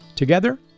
Together